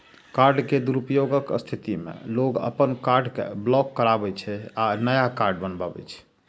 card के दुरुपयोगक स्थिति मे लोग अपन कार्ड कें ब्लॉक कराबै छै आ नया कार्ड बनबावै छै